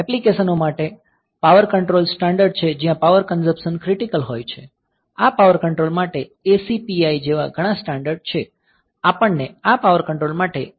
એપ્લીકેશનો માટે power control standard છે જ્યાં પાવર કંઝપશન ક્રિટિકલ હોય છે આ પાવર કંટ્રોલ માટે ACPI જેવા ઘણા સ્ટાન્ડર્ડ છે આપણને આ પાવર કંટ્રોલ માટે કંટ્રોલ સ્ટાન્ડર્ડ મળ્યું છે